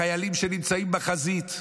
החיילים שנמצאים בחזית,